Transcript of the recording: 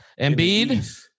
Embiid